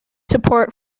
support